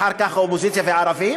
אחר כך האופוזיציה והערבים?